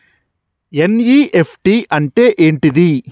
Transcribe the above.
NEFT అంటే ఏంటిది?